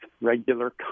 regular